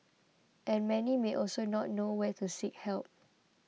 and many may also not know where to seek help